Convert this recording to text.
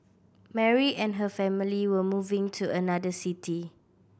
Mary and her family were moving to another city